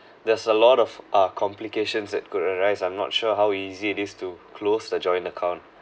there's a lot of uh complications that could arise I'm not sure how easy it is to close the joint account